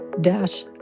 dash